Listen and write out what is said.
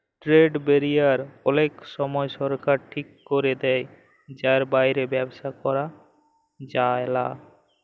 trade barrier অলেক সময় সরকার ঠিক ক্যরে দেয় যার বাইরে ব্যবসা ক্যরা যায়লা